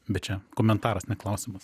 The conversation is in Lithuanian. bet čia komentaras ne klausimas